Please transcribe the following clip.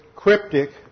cryptic